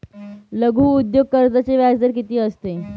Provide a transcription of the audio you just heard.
लघु उद्योग कर्जाचे व्याजदर किती असते?